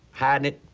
hiding it,